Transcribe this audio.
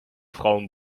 frauen